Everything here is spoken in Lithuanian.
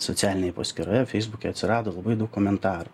socialinėj paskyroje feisbuke atsirado labai daug komentarų